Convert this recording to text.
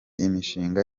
imishinga